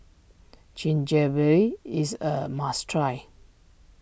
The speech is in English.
is a must try